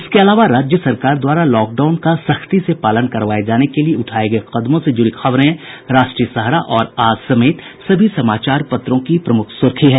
इसके अलावा राज्य सरकार द्वारा लॉक डाउन का सख्ती से पालन करवाये जाने के लिए उठाये गये कदमों से जुड़ी खबरें राष्ट्रीय सहारा और आज समेत सभी समाचार पत्रों की प्रमुख सुर्खी है